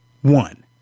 one